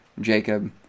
Jacob